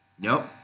Nope